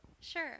Sure